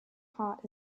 part